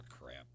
crap